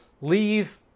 leave